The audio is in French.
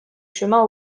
chemins